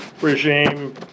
regime